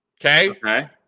okay